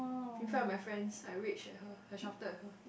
in front of my friends I rage at her I shouted at her